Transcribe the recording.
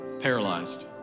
paralyzed